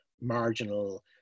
marginal